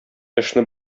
эшне